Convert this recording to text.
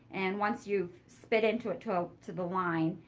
and once you've spit into it to ah to the line,